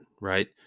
right